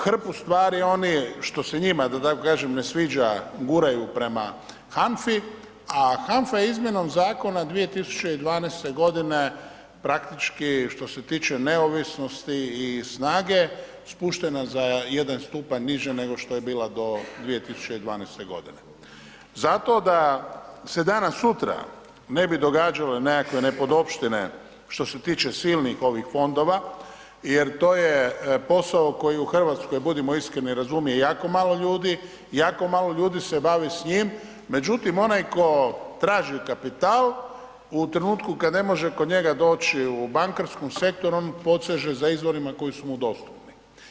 Hrpu stvari oni što se njima da tako kažem ne sviđa guraju prema HANFA-i, a HANFA je izmjenom zakona 2012. g. praktički što se tiče neovisnosti i snage spuštena za jedan stupanj niže nego što je bila do 2012. g. Zato da se danas-sutra ne bi događale nekakve nepodopštine što se tiče silnih ovih fondova jer to je posao koji u Hrvatskoj, budimo iskreni razumije jako malo ljudi, jako malo ljudi se bavi s njim, međutim, onaj tko traži kapital u trenutku kad ne može kod njega doći u bankarskom sektoru on poseže za izvorima koji su mu dostupni.